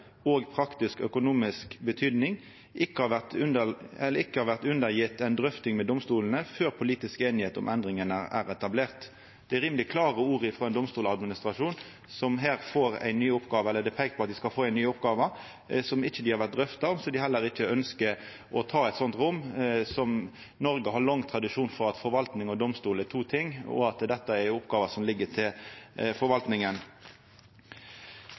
har vært undergitt en drøfting med domstolene før politisk enighet om endringen er etablert.» Det er rimeleg klare ord frå ein domstoladministrasjon. Dei peikar på at dei skal få ei ny oppgåve som ikkje har vore drøfta med dei. Dei ønskjer heller ikkje eit slikt rom når Noreg har lang tradisjon for at forvaltning og domstol er to ting, og at dette er ei oppgåve som ligg til forvaltninga.